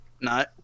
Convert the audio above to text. No